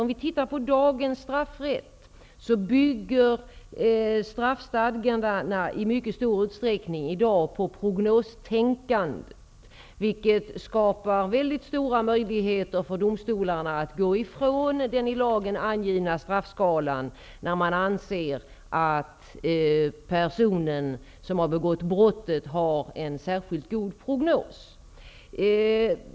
Om vi tittar på dagens straffrätt ser vi att straffstadgandena i mycket stor utsträckning bygger på prognostänkandet, vilket skapar mycket stora möjligheter för domstolarna att gå ifrån den i lagen angivna straffskalan när de anser att den person som har begått brottet har en särskilt god prognos.